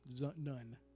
None